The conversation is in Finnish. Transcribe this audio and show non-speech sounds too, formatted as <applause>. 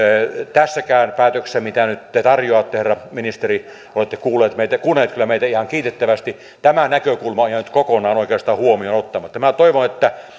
tässäkin päätöksessä mitä nyt te tarjoatte herra ministeri olette kuunnellut kyllä meitä ihan kiitettävästi tämä näkökulma on jäänyt kokonaan oikeastaan huomioon ottamatta minä toivon että <unintelligible>